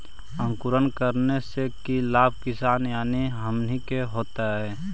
अंकुरण करने से की लाभ किसान यानी हमनि के होतय?